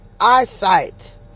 eyesight